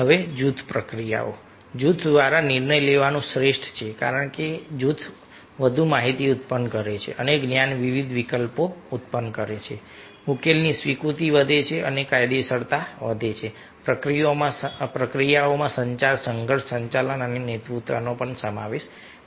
હવે જૂથ પ્રક્રિયાઓ જૂથ દ્વારા નિર્ણય લેવાનું શ્રેષ્ઠ છે કારણ કે જૂથ વધુ માહિતી ઉત્પન્ન કરે છે અને જ્ઞાન વિવિધ વિકલ્પો ઉત્પન્ન કરે છે ઉકેલની સ્વીકૃતિ વધે છે અને કાયદેસરતા વધે છે પ્રક્રિયાઓમાં સંચાર સંઘર્ષ સંચાલન અને નેતૃત્વનો પણ સમાવેશ થાય છે